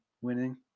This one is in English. winning